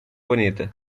bonita